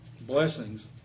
Blessings